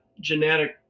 genetic